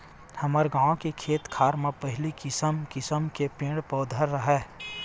हमर गाँव के खेत खार म पहिली किसम किसम के पेड़ पउधा राहय